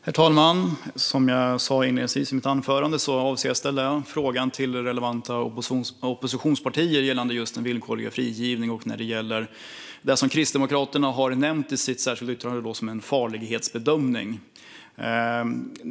Herr talman! Som jag sa inledningsvis i mitt anförande avser jag att ställa frågan till relevanta oppositionspartier gällande just villkorlig frigivning och det som Kristdemokraterna har nämnt i sitt särskilda yttrande som en "farlighetsbedömning".